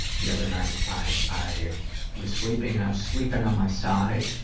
the other night, i've, i was sleeping, and i'm sleeping on my side.